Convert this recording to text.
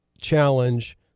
challenge